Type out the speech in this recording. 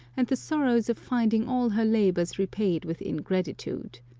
and the sorrows of finding all her labours repaid with in gratitude.